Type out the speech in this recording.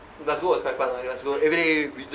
glasgow was quite fun lah glasgow eh we just